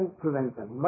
prevention